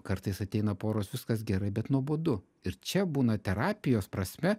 kartais ateina poros viskas gerai bet nuobodu ir čia būna terapijos prasme